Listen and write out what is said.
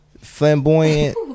flamboyant